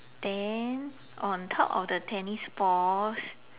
then on top of the tennis balls